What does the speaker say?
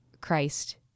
Christ